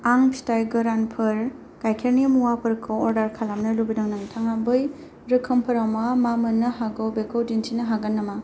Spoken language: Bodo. आं फिथाइ गोरानफोर गाइखेरनि मुवाफोरखौ अर्डार खालामनो लुबैदों नोंथाङा बै रोखोमफोराव मा मा मोन्नो हागौ बेखौ दिन्थिनो हागोन नामा